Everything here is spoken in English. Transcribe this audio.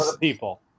people